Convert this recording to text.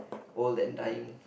old and dying